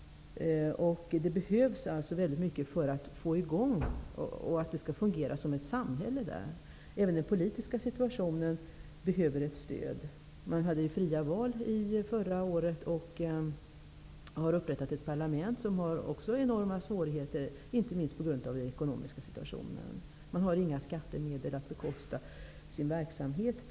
Det behövs alltså väldigt mycket för att få i gång ett fungerande samhälle där. Även den politiska situationen behöver ett stöd. Man hade fria val förra året och har upprättat ett parlament, som också har enorma svårigheter, inte minst på grund av den ekonomiska situationen. Man har inga skattemedel att bekosta sin verksamhet med.